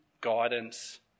guidance